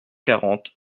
quarante